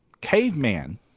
caveman